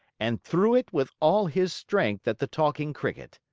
and threw it with all his strength at the talking cricket.